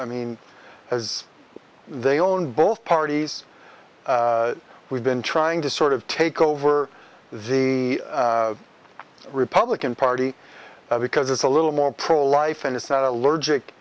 i mean as they own both parties we've been trying to sort of take over the republican party because it's a little more pro life and it's not allergic